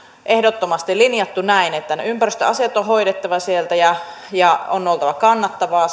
ehdottomasti linjattu näin että ne ympäristöasiat on on hoidettava sieltä ja ja on oltava kannattavaa